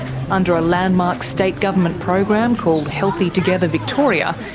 under a landmark state government program called healthy together victoria,